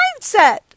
mindset